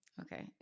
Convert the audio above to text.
Okay